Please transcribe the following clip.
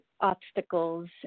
obstacles